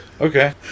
Okay